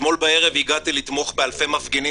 אתמול בערב הגעתי לתמוך באלפי מפגינים